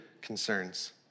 concerns